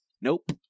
nope